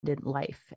life